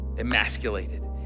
Emasculated